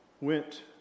went